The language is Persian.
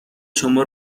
شما